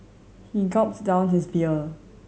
he gulps down his beer